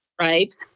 right